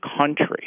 country